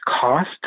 cost